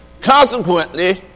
Consequently